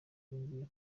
ngiye